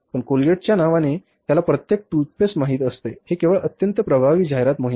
पण कोलगेटच्या नावाने त्याला प्रत्येक टूथपेस्ट माहित असते हे केवळ अत्यंत प्रभावी जाहिरात मोहिमेमुळे